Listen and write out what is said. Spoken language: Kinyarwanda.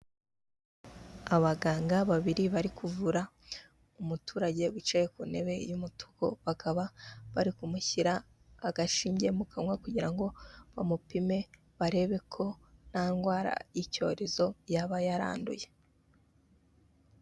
Abaganga babiri bari kuvura, umuturage wicaye ku ntebe y'umutuku, bakaba bari kumushyira agashinge mu kanwa kugira ngo bamupime, barebe ko nta ndwara y'icyorezo yaba yaranduye.